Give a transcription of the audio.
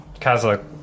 Kazakh